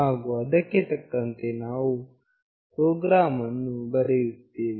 ಹಾಗು ಅದಕ್ಕೆ ತಕ್ಕಂತೆ ನಾವು ಪ್ರೊಗ್ರಾಮ್ ಅನ್ನು ಬರೆಯುತ್ತೇವೆ